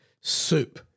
soup